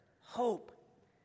hope